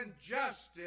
justice